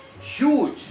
huge